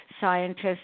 scientists